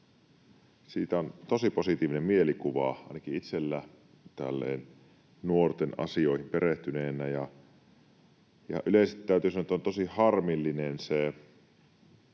on tosi positiivinen mielikuva ainakin itselläni tälleen nuorten asioihin perehtyneenä. Yleisesti täytyy sanoa, että on tosi harmillista se,